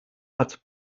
hat